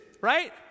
right